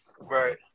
right